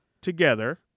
together